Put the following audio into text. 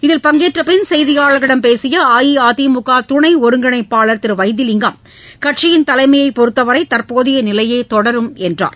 இதில் பங்கேற்ற பின் செய்தியாளர்களிடம் பேசிய அஇஅதிமுக துணை ஒருங்கிணைப்பாளர் திரு வைத்திலிங்கம் கட்சியின் தலைமையை பொறுத்தவரை தற்போதைய நிலையே தொடரும் என்று தெரிவித்தார்